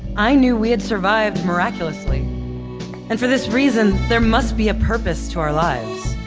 i knew we had survived miraculously and for this reason, there must be a purpose to our lives.